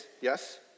Yes